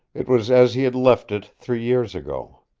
it was as he had left it three years ago.